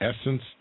Essence